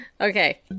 Okay